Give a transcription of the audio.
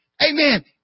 Amen